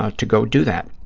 ah to go do that.